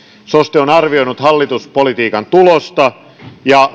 soste on arvioinut hallituspolitiikan tulosta ja